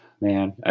man